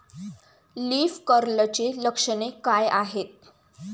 Leaf कर्लची लक्षणे काय आहेत?